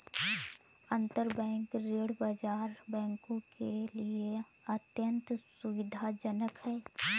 अंतरबैंक ऋण बाजार बैंकों के लिए अत्यंत सुविधाजनक है